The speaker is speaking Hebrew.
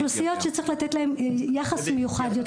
אוכלוסיות שצריך לתת להן יחס מיוחד יותר.